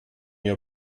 your